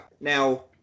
Now